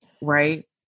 right